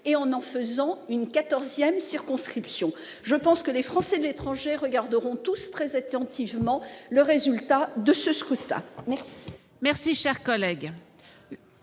pour créer une quatorzième circonscription. Je pense que les Français de l'étranger regarderont tous très attentivement le résultat de ce scrutin. La